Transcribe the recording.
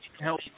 Help